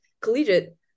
collegiate